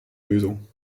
lösung